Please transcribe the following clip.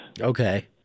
Okay